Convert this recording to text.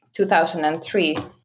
2003